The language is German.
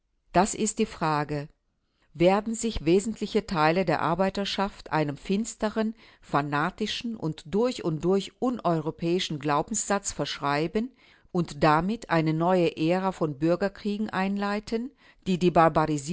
das ist die frage werden sich wesentliche teile der arbeiterschaft einem finsteren fanatischen und durch und durch uneuropäischen glaubenssatz verschreiben und damit eine erneute ära von bürgerkriegen einleiten die die